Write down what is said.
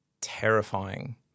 terrifying